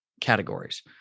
categories